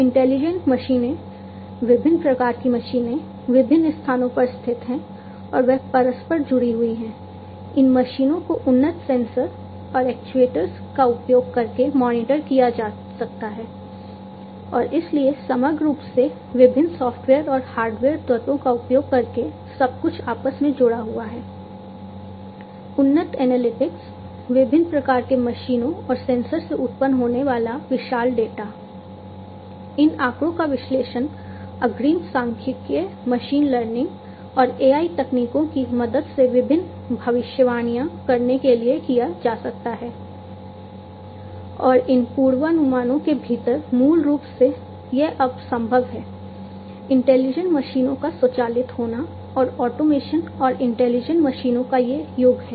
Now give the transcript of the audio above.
intelligent मशीनें विभिन्न प्रकार की मशीनें विभिन्न स्थानों पर स्थित हैं और वे परस्पर जुड़ी हुई हैं इन मशीनों को उन्नत सेंसर और एक्ट्यूएटर्स का उपयोग करके मॉनिटर किया जा सकता है और इसलिए समग्र रूप से विभिन्न सॉफ़्टवेयर और हार्डवेयर तत्वों का उपयोग करके सब कुछ आपस में जुड़ा हुआ है